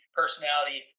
personality